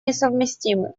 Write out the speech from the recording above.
несовместимы